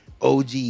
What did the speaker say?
OG